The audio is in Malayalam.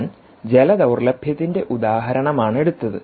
ഞാൻ ജല ദൌർലഭ്യത്തിൻറെ ഉദാഹരണമാണ് എടുത്തത്